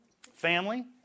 Family